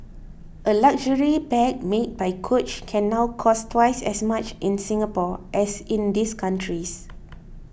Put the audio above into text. a luxury bag made by coach can now cost twice as much in Singapore as in these countries